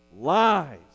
lies